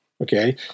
okay